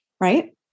Right